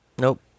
Nope